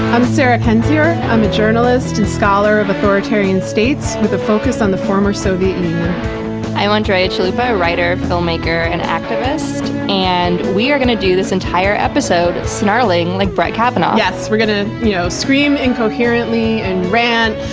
i'm sarah kendzior, i'm a journalist and scholar of authoritarian states, with a focus on the former soviet union. i'm andrea chalupa, writer, filmmaker, and activist. and we're going to do this entire episode snarling like brett kavanaugh. yes, we're going to you know scream incoherently and rant,